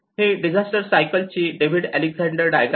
ही disaster cycle ची David Alexander diagram आहे